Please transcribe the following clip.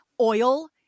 oil